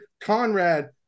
Conrad